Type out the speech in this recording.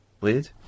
weird